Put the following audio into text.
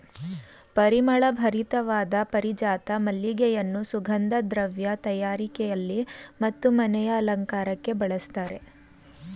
ಪರಿಮಳ ಭರಿತವಾದ ಪಾರಿಜಾತ ಮಲ್ಲಿಗೆಯನ್ನು ಸುಗಂಧ ದ್ರವ್ಯ ತಯಾರಿಕೆಯಲ್ಲಿ ಮತ್ತು ಮನೆಯ ಅಲಂಕಾರಕ್ಕೆ ಬಳಸ್ತರೆ